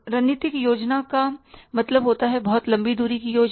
रणनीतिक योजना का मतलब होता है बहुत लंबी दूरी की योजना